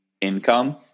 income